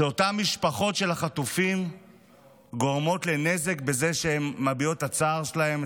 על שמשפחות של החטופים גורמות נזק בזה שהן מביעות את הצער שלהן,